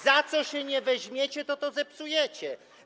Za co się nie weźmiecie, to to zepsujecie.